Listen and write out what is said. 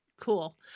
Cool